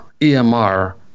EMR